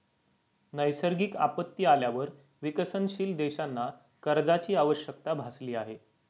नैसर्गिक आपत्ती आल्यावर विकसनशील देशांना कर्जाची आवश्यकता भासली आहे